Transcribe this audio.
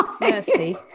Mercy